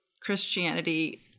Christianity